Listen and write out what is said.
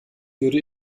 würde